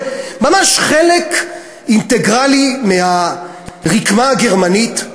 ממש חלק אינטגרלי מהרקמה הגרמנית.